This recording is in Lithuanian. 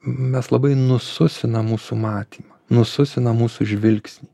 mes labai nususinam mūsų matymą nususinam mūsų žvilgsnį